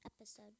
episode